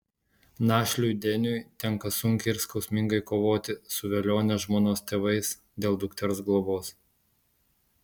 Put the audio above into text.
našliui deniui tenka sunkiai ir skausmingai kovoti su velionės žmonos tėvais dėl dukters globos